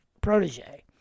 protege